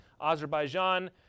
Azerbaijan